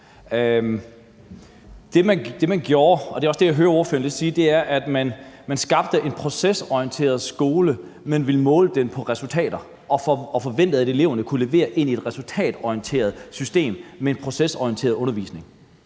Det, man gjorde, og det er også det, jeg lidt hører ordføreren sige, var, at man skabte en procesorienteret skole, men man ville måle den på resultater, og man forventede, at eleverne kunne levere ind i et resultatorienteret system med en procesorienteret undervisning,